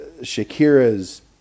Shakira's